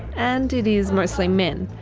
and it is mostly men.